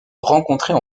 rencontrée